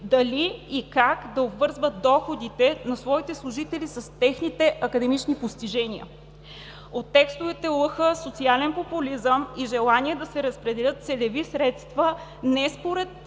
дали и как да обвързва доходите на своите служители с техните академични постижения. От текстовете лъха социален популизъм и желание да се разпределят целеви средства не според